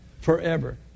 forever